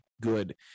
good